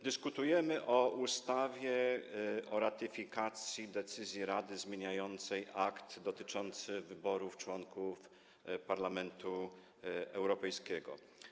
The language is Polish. Dyskutujemy o projekcie ustawy o ratyfikacji decyzji Rady zmieniającej akt dotyczący wyborów członków Parlamentu Europejskiego.